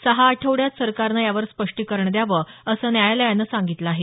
सहा आठवड्यात सरकारनं यावर स्पष्टीकरण द्यावं असं न्यायालयानं सांगितलं आहे